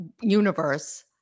universe